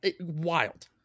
wild